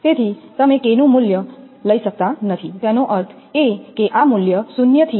તેથી તમે k નું મૂલ્ય લઈ શકતા નથી તેનો અર્થ એ કે આ મૂલ્ય 0 થી 1 માં છે